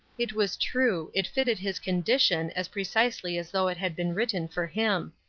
it was true it fitted his condition as precisely as though it had been written for him.